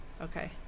Okay